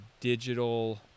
digital